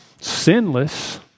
Sinless